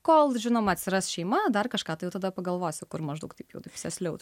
kol žinoma atsiras šeima dar kažką jau tada pagalvosiu kur maždaug taip jau sėsliau